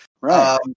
Right